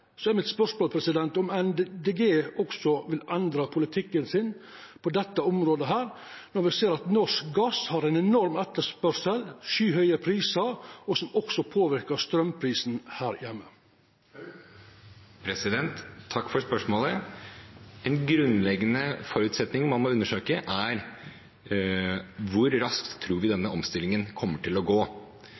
er mitt spørsmål om Miljøpartiet Dei Grøne vil endra politikken sin på dette området, når me ser at det er ein enorm etterspurnad etter norsk gass, og at det er skyhøge prisar, noko som også påverkar straumprisen her heime. Takk for spørsmålet. En grunnleggende forutsetning man må undersøke, er hvor raskt vi tror denne omstillingen kommer til å gå.